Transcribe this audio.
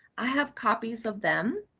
i have copies of them.